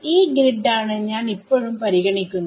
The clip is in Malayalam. ഈ ഗ്രിഡ് ആണ് ഞാൻ ഇപ്പഴും പരിഗണിക്കുന്നത്